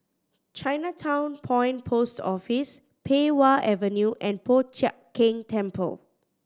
Chinatown Point Post Office Pei Wah Avenue and Po Chiak Keng Temple